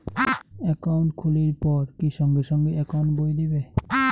Account খুলির পর কি সঙ্গে সঙ্গে একাউন্ট বই দিবে?